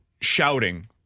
shouting